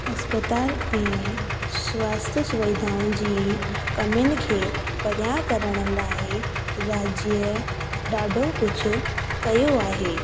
अस्पताल ऐं स्वास्थ सुविधाऊं जी कमियुनि खे परियां करण लाइ राज्य ॾाढो कुझु कयो आहे